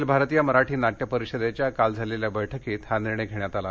अखिल भारतीय मराठी नाट्य परिषदेच्या काल झालेल्या बैठकीत हा निर्णय घेण्यात आला